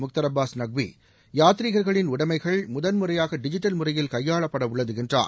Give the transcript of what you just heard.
முக்தார் அப்பாஸ் நக்வி யாத்ரீகர்களின் உடைமைகள் முதன்முறையாக டிஜிட்டல் முறையில் கையாளப்படவுள்ளது என்றார்